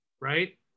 right